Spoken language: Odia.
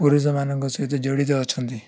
ପୁରୁଷ ମାନଙ୍କ ସହିତ ଜଡ଼ିତ ଅଛନ୍ତି